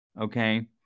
okay